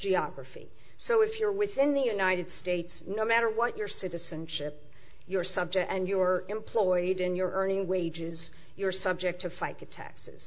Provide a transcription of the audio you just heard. geography so if you're within the united states no matter what your citizenship your subject and your employed and your earning wages you are subject to fica taxes